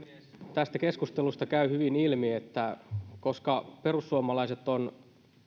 tästä keskustelusta käy hyvin ilmi että koska perussuomalaiset on